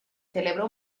celebró